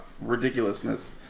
ridiculousness